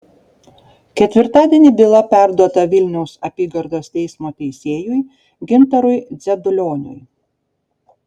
ketvirtadienį byla perduota vilniaus apygardos teismo teisėjui gintarui dzedulioniui